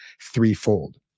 threefold